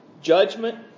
judgment